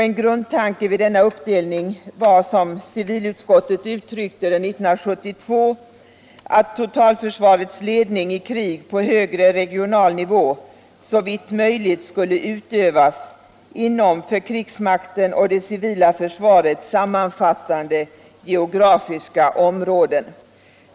En grundtanke vid denna uppdelning var, som civilutskottet uttryckte det i sitt betänkande nr 31 år 1972, ”att totalförsvarets ledning i krig på högre regional nivå —- såvitt möjligt — skulle utövas inom för krigsmakten och det civila försvaret sammanfallande geografiska områden”.